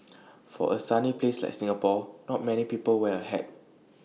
for A sunny place like Singapore not many people wear A hat